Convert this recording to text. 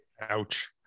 Ouch